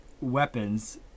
weapons